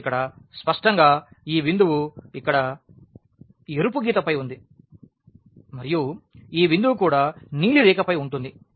కాబట్టి ఇక్కడ స్పష్టంగా ఈ బిందువు ఇక్కడ ఎరుపు గీతపై ఉంది మరియు ఈ బిందువు కూడా నీలి రేఖపై ఉంటుంది